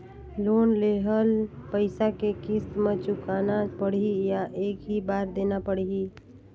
Loan लेहल पइसा के किस्त म चुकाना पढ़ही या एक ही बार देना पढ़ही?